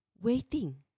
waiting